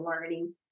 learning